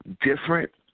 different